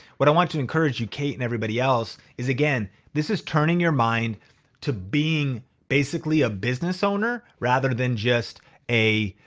what i want to encourage you kate and everybody else is again, this is turning your mind to being basically a business owner rather than just